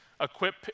equip